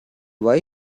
why